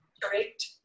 Correct